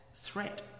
threat